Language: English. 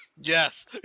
Yes